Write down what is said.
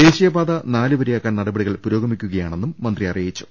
ദേശീ യപാത നാലുവരിയാക്കാൻ നടപടികൾ പുരോഗമിക്കുകയാണെന്നും മന്ത്രി പറഞ്ഞു